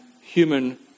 human